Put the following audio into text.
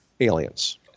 aliens